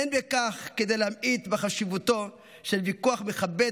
אין בכך כדי להמעיט בחשיבותו של ויכוח מכבד